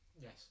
yes